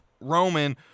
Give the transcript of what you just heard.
Roman